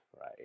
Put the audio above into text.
Right